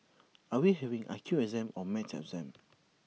are we having I Q exam or maths exam